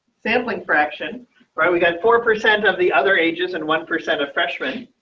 sampling fraction right we got four percent of the other ages and one percent of freshman